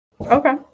Okay